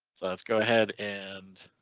let's go ahead and.